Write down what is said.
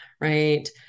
Right